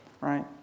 right